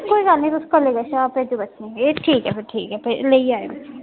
कोई गल्ल निं तुस कल्ले कैह्सी हां भेज्जो बच्चें गी एह् ठीक ऐ फ्ही ठीक ऐ लेइयै आएओ बच्चें गी